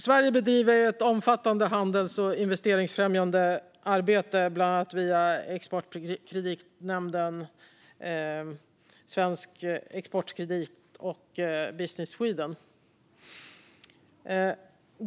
Sverige bedriver ett omfattande handels och investeringsfrämjande arbete bland annat via Exportkreditnämnden, Svensk Exportkredit och Business Sweden.